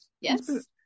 yes